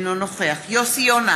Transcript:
אינו נוכח יוסי יונה,